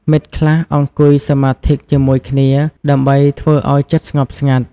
មិត្តខ្លះអង្គុយសមាធិជាមួយគ្នាដើម្បីធ្វើឲ្យចិត្តស្ងប់ស្ងាត់។